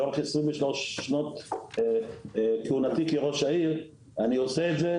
לאורך 23 שנות כהונתי כראש העיר אני עושה את זה,